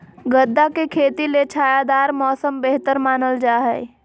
गदा के खेती ले छायादार मौसम बेहतर मानल जा हय